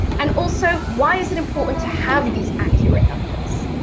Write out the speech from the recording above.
and also, why is it important to have these accurate numbers?